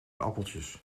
appeltjes